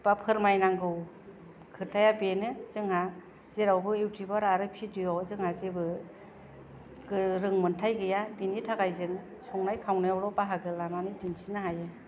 बा फोरमायनांगौ खोथाया बेनो जोंहा जेरावबो इउतिउबार आरो फिडिअ' जोंहा जेबो रोंमोन्थाय गैया बिनि थाखाय जों संनाय खावनायवल' बाहागो लानानै दिन्थिनो हायो